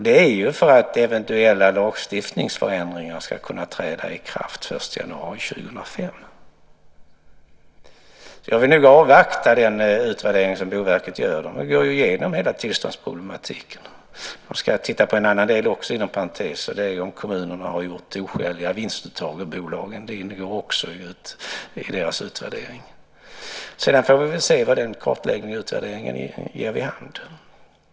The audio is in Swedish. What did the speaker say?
Det är för att eventuella lagstiftningsförändringar ska kunna träda i kraft den 1 januari 2005. Jag vill nog avvakta den utvärdering som Boverket gör. De går ju igenom hela tillståndsproblematiken. De ska, inom parentes sagt, titta på en annan del också. Det är om kommunerna har gjort oskäliga vinstuttag ur bolagen. Det ingår också i deras utvärdering. Sedan får vi se vad den kartläggningen och utvärderingen ger vid handen.